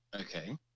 Okay